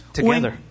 together